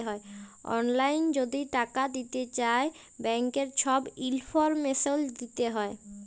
অললাইল যদি টাকা দিতে চায় ব্যাংকের ছব ইলফরমেশল দিতে হ্যয়